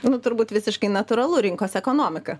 na turbūt visiškai natūralu rinkos ekonomika